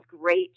great